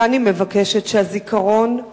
כאן היא מבקשת שהזיכרון,